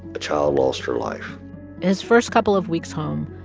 a child lost her life his first couple of weeks home,